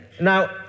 Now